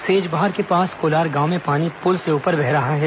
सेजबहार के पास कोलार गांव में पानी पुल से ऊपर बह रहा है